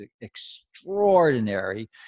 extraordinary